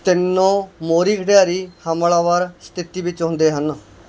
ਤਿੰਨੋਂ ਮੋਹਰੀ ਖਿਡਾਰੀ ਹਮਲਾਵਰ ਸਥਿਤੀ ਵਿੱਚ ਹੁੰਦੇ ਹਨ